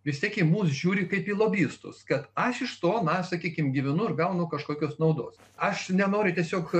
vis tiek į mus žiūri kaip į lobistus kad aš iš to na sakykim gyvenu ir gaunu kažkokios naudos aš nenoriu tiesiog